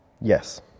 yes